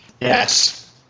Yes